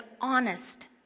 honest